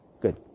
good